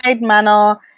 manner